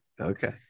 Okay